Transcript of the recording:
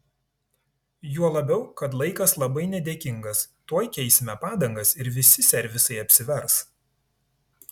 juo labiau kad laikas labai nedėkingas tuoj keisime padangas ir visi servisai apsivers